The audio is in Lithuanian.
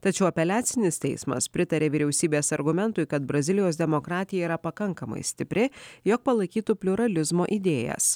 tačiau apeliacinis teismas pritarė vyriausybės argumentui kad brazilijos demokratija yra pakankamai stipri jog palaikytų pliuralizmo idėjas